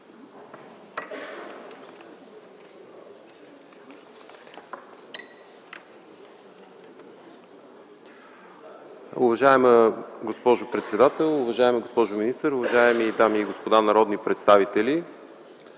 уважаема госпожо председател. Уважаема госпожо министър, уважаеми дами и господа народни представители!